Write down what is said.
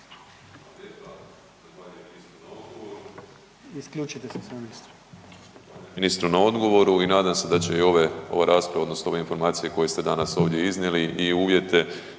ministru na odgovoru i nadam se da će i ova rasprava odnosno ove informacije koje ste danas ovdje iznijeli i uvjete